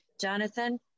Jonathan